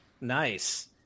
Nice